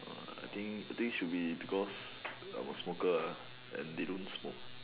uh I think I think should be because I was smoker ah and they don't smoke ah